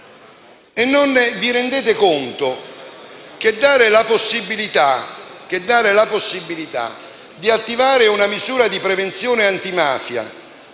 Non vi rendete conto che dare la possibilità di attivare una misura di prevenzione antimafia